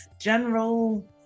general